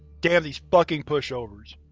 damn these fucking pushovers.